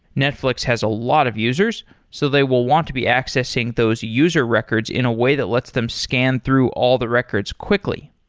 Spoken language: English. netflix has a lot of users, so they will want to be accessing those user records in a way that lets them scan through all the records quickly.